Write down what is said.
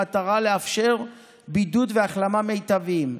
במטרה לאפשר בידוד והחלמה מיטביים.